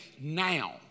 now